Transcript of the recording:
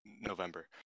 November